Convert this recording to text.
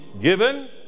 given